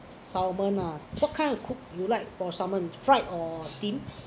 salmon ah what kind of cook you like for salmon fried or steam